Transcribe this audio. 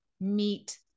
meet